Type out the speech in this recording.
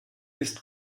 ist